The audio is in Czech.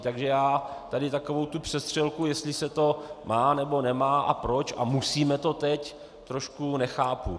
Takže tady tu přestřelku, jestli se to má, nebo nemá a proč a musíme to teď, trošku nechápu.